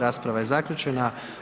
Rasprava je zaključena.